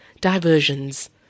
Diversions